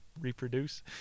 Reproduce